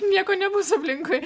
nieko nebus aplinkui